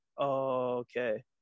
okay